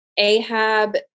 AHAB